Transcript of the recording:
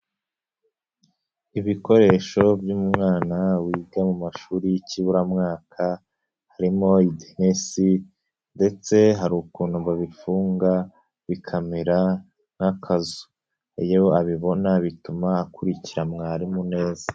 lbikoresho by'umwana wiga mu mashuri y'ikiburamwaka, harimo idenesi, ndetse hari ukuntu babifunga bikamera nk'akazu, iyo abibona bituma akurikira mwarimu neza.